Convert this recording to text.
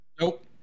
Nope